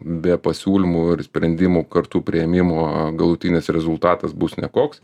be pasiūlymų ir sprendimų kartu priėmimo galutinis rezultatas bus nekoks